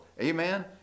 Amen